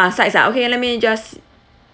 ah sides ah okay let me just